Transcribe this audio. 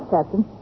Captain